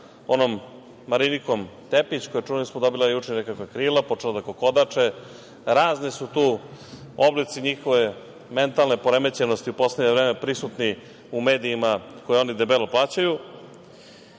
onom Marinikom Tepić koja je, čuli smo, dobila juče nekakva krila, počela je da kokodače, razni su tu oblici njihove mentalne poremećenosti u poslednje vreme prisutni u medijima koje oni debelo plaćaju. To